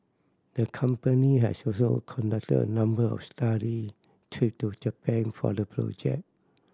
the company has also conducted a number of study trip to Japan for the project